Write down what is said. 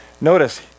Notice